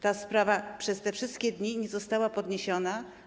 Ta sprawa przez te wszystkie dni nie została podniesiona.